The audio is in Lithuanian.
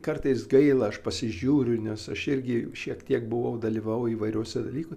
kartais gaila aš pasižiūriu nes aš irgi šiek tiek buvau dalyvavau įvairiose dalykų